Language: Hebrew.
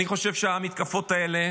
אני חושב שהמתקפות האלה